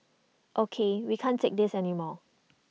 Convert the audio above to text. ok we can't take this anymore